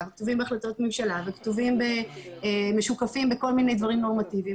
וכתובים בהחלטות ממשלה ומשוקפים בכל מיני דברים נורמטיביים.